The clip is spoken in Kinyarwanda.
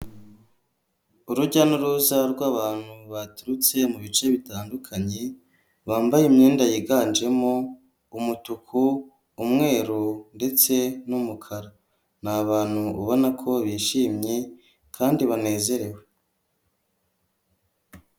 Urujya n'uruza rw'abantu baturutse mu bice bitandukanye bambaye imyenda yiganjemo umutuku, umweru ndetse n'umukara, ni abantu ubona ko bishimye kandi banezerewe.